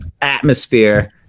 atmosphere